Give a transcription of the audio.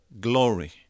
glory